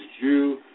Jew